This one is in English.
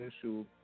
issue